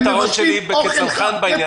איפה היתרון שלי כצנחן בעניין,